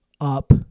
up